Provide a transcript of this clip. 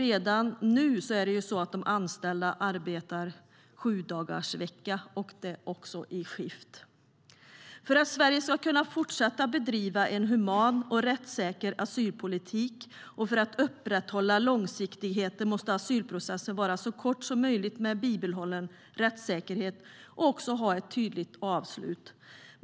Redan nu arbetar de anställda sjudagarsvecka och även i skift. För att Sverige ska kunna fortsätta bedriva en human och rättssäker asylpolitik och för att upprätthålla långsiktigheten måste asylprocessen vara så kort som möjligt med bibehållen rättssäkerhet och också ha ett tydligt avslut.